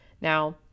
Now